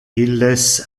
illes